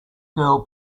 girl